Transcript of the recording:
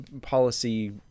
policy